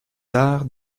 arts